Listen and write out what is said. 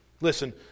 listen